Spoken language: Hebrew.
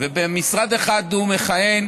ובמשרד אחד הוא מכהן